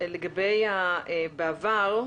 לגבי העבר,